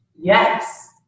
Yes